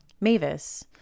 Mavis